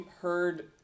heard